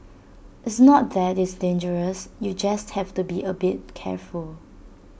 it's not that it's dangerous you just have to be A bit careful